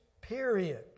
period